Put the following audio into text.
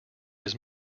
his